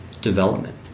development